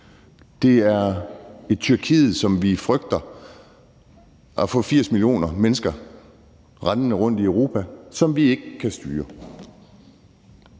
Det er Tyrkiet, som vi frygter – at få 80 millioner mennesker rendende rundt i Europa, som vi ikke kan styre.